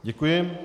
Děkuji.